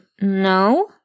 no